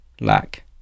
lack